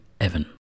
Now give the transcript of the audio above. Evan